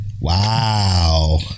Wow